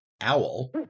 owl